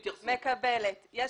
אני מקבלת, אדוני.